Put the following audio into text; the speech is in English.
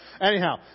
Anyhow